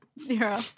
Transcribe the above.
Zero